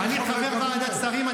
אני חבר ועדת שרים.